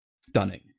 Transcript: stunning